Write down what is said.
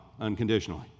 unconditionally